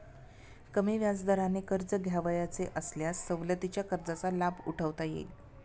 कमी व्याजदराने कर्ज घ्यावयाचे असल्यास सवलतीच्या कर्जाचा लाभ उठवता येईल